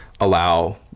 allow